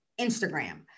Instagram